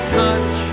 touch